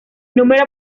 número